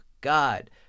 God